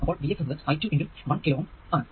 അപ്പോൾ V x എന്നത് I2 x 1 കിലോΩ kilo Ω ആണ്